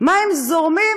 מים זורמים?